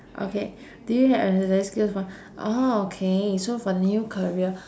okay do you ha~ have the skills for oh okay so for new career